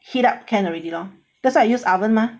heat up can already lor that's why I use oven mah